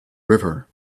river